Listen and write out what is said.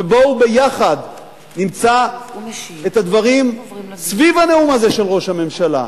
בואו ביחד נמצא את הדברים סביב הנאום הזה של ראש הממשלה,